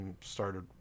started